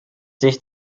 sich